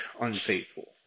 unfaithful